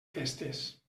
festes